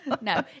No